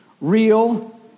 real